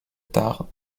tard